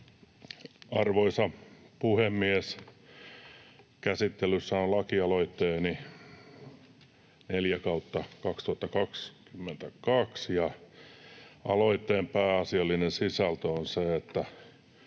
Arvoisa puhemies! Käsittelyssä on laki-aloitteeni 4/2022, ja aloitteen pääasiallinen sisältö on se, että